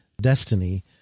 Destiny